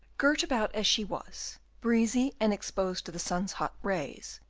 girt about as she was, breezy and exposed to the sun's hot rays,